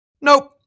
Nope